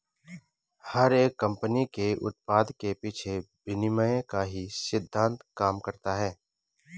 हर एक कम्पनी के उत्पाद के पीछे विनिमय का ही सिद्धान्त काम करता है